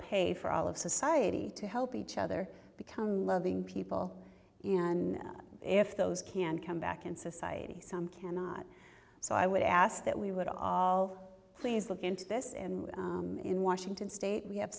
pay for all of society to help each other become loving people and if those can come back in society some cannot so i would ask that we would all please look into this and in washington state we have